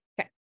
Okay